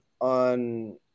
on